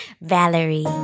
Valerie